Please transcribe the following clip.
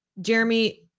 Jeremy